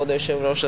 כבוד היושב-ראש,